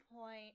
point